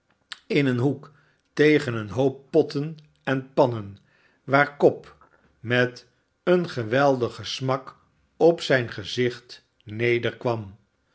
in een hoek tegen een hoop potten en pannen waar cobb met een geweldigen smak op zijn gezicht